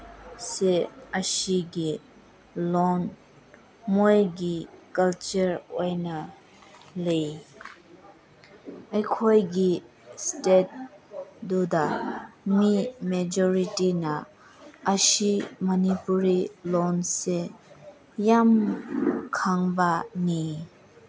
ꯁꯦ ꯑꯁꯤꯒꯤ ꯂꯣꯟ ꯃꯣꯏꯒꯤ ꯀꯜꯆꯔ ꯑꯣꯏꯅ ꯂꯩ ꯑꯩꯈꯣꯏꯒꯤ ꯏꯁꯇꯦꯠꯗꯨꯗ ꯃꯤ ꯃꯦꯖꯣꯔꯤꯇꯤꯅ ꯑꯁꯤ ꯃꯅꯤꯄꯨꯔꯤ ꯂꯣꯟꯁꯦ ꯌꯥꯝ ꯈꯪꯕꯅꯤ